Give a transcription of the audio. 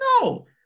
No